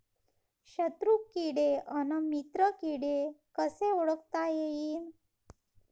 शत्रु किडे अन मित्र किडे कसे ओळखता येईन?